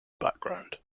background